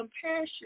compassion